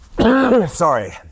Sorry